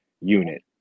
unit